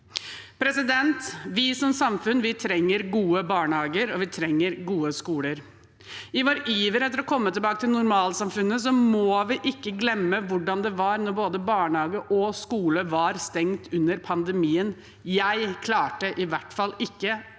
morgenen. Vi som samfunn trenger gode barnehager, og vi trenger gode skoler. I vår iver etter å komme tilbake til normalsamfunnet må vi ikke glemme hvordan det var da både barnehage og skole var stengt under pandemien. Jeg klarte i hvert fall verken